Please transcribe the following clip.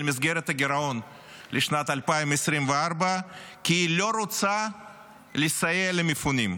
מסגרת הגירעון לשנת 2024 כי היא לא רוצה לסייע למפונים.